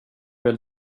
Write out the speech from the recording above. väl